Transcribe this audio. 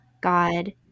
God